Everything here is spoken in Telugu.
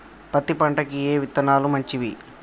పత్తి పంటకి ఏ విత్తనాలు మంచివి?